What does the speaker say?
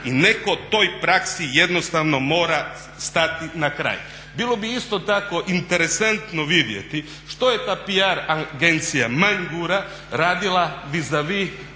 i netko toj praksi jednostavno mora stati na kraj. Bilo bi isto tako interesantno vidjeti što je ta PR agencija … radila vizavi